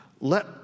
let